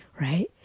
right